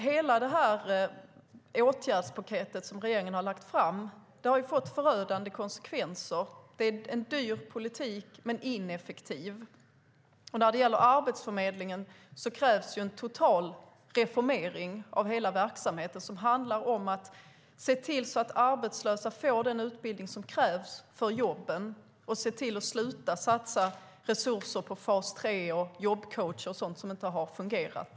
Hela åtgärdspaketet som regeringen har lagt fram har fått förödande konsekvenser. Det är dyr politik men ineffektiv. När det gäller Arbetsförmedlingen krävs det en total reformering av hela verksamheten som handlar om att se till att arbetslösa får den utbildning som krävs för jobben. Se till att sluta satsa resurser på fas 3, jobbcoacher och sådant som inte har fungerat!